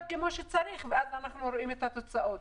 כמו שצריך ואנחנו רואים את התוצאות.